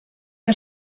que